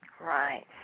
Right